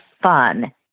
fun